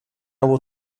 will